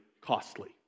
costly